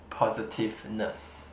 positiveness